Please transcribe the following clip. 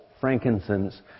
frankincense